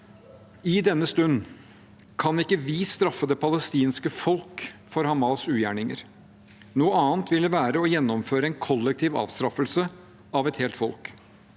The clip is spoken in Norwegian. I denne stund kan ikke vi straffe det palestinske folket for Hamas’ ugjerninger. Noe annet ville være å gjennomføre en kollektiv avstraffelse av et helt folk.